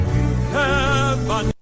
Heaven